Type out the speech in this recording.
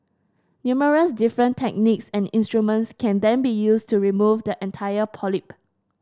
numerous different techniques and instruments can then be used to remove the entire polyp